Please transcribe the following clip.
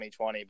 2020